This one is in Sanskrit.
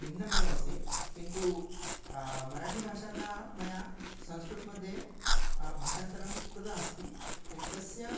भिन्नमेव अस्ति किन्तु मराठीभाषातः मया संस्कृतमध्ये भाषान्तरणं कृता अस्ति तर्हि तस्य